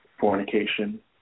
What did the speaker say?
Fornication